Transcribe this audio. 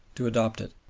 to adopt it.